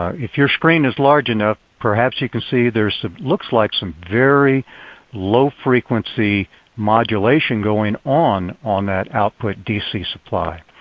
if your screen is large enough, perhaps you can see it looks like some very low frequency modulation going on, on that output dc supply.